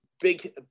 big